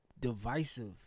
divisive